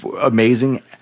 amazing